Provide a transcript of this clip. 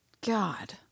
God